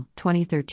2013